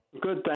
Good